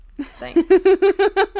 Thanks